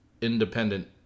independent